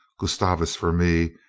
gustavus for me,